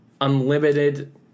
unlimited